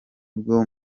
bwo